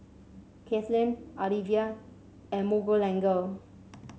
Kathlene Alivia and Miguelangel